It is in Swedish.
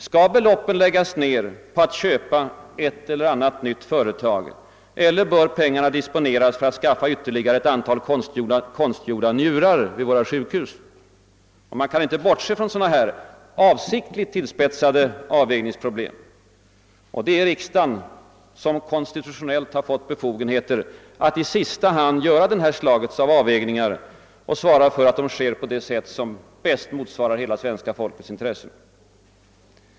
Skall beloppen läggas ned på att köpa ett eller annat nytt företag eller bör pengarna disponeras för att skaffa ytterligare ett antal konstgjorda njurar till våra sjukhus? Man kan inte bortse från sådana — här avsiktligt tillspetsade — avvägningsproblem. Och det är riksdagen som konstitutioaellt givits befogenheter att i sista hand göra avvägningarna och svara för att de sker på det sätt som bäst motsvarar hela svenska folkets intressen.